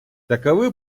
таковы